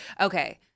Okay